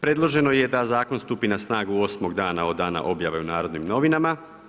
Predloženo je da zakon stupi na snagu osmog dana od dana objave u Narodnim novinama.